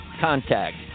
contact